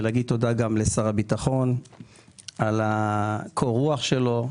להגיד תודה גם לשר הביטחון על קור הרוח שלו,